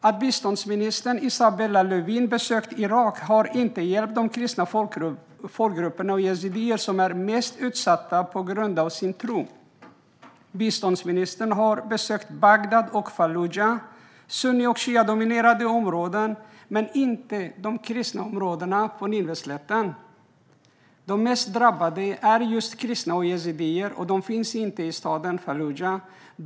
Att biståndsminister Isabella Lövin har besökt Irak har inte hjälpt de kristna folkgrupperna och yazidierna som är mest utsatta på grund av sin tro. Biståndsministern har besökt Bagdad och Falluja och sunni och shiadominerade områden men inte de kristna områdena på Nineveslätten. De mest drabbade är just kristna och yazidier, och de finns inte i staden Falluja.